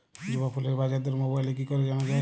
জবা ফুলের বাজার দর মোবাইলে কি করে জানা যায়?